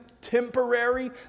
temporary